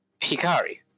Hikari